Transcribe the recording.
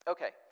Okay